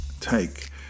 take